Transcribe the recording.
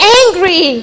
angry